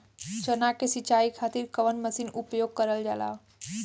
चना के सिंचाई खाती कवन मसीन उपयोग करल जाला?